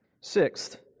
Sixth